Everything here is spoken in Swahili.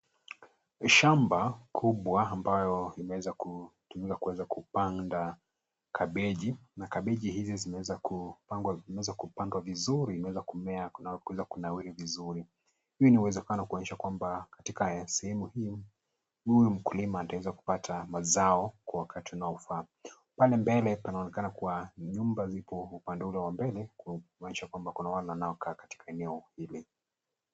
Shamba kubwa ambayo imeweza kutumika kuweza kupanda kabeji, na kabeji hizi zimeweza kupandwa vizuri, zimeweza kumea na kuweza kunawiri vizuri. Hii inawezekana kuonyesha kwamba katika sehemu hii, huyu mkulima ataweza kupata mazao kwa wakati unaofaa. Pale mbele panaonekana kwa nyumba zipo upande ule wa mbele, kuonyesha kwamba kuna wale wanaokaa katika eneo hili.